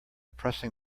pressing